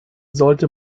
sollte